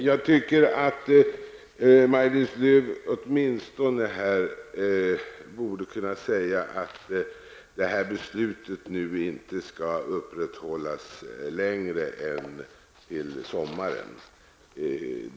Herr talman! Maj-Lis Lööw borde åtminstone kunna säga att detta beslut inte skall upprätthållas längre än till sommaren.